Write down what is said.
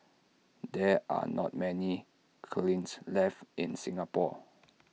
there are not many kilns left in Singapore